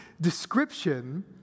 description